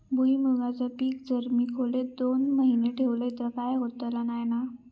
भुईमूगाचा पीक जर मी खोलेत दोन महिने ठेवलंय तर काय होतला नाय ना?